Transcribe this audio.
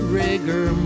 rigor